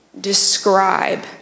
describe